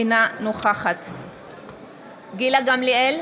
אינה נוכחת גילה גמליאל,